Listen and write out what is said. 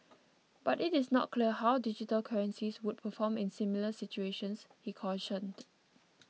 but it is not clear how digital currencies would perform in similar situations he cautioned